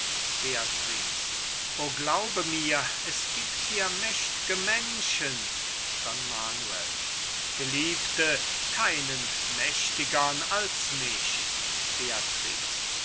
o glaube mir es gibt hier mächt'ge menschen don manuel geliebte keinen mächtiger als mich